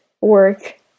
work